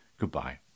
Goodbye